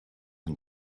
and